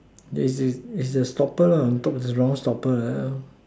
there is the stopper on top is the round stopper like that